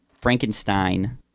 Frankenstein